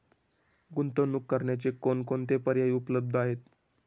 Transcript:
गुंतवणूक करण्याचे कोणकोणते पर्याय उपलब्ध आहेत?